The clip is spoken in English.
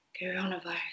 coronavirus